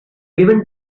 given